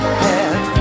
head